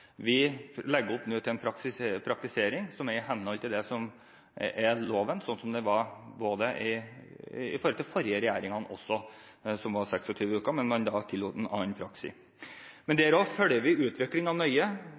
Vi legger nå opp til en praktisering som er i henhold til loven, slik det også har vært under de forrige regjeringene, som var 26 uker, men man tillot en annen praksis. Også der følger vi utviklingen nøye